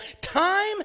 time